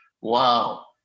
Wow